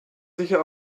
sicher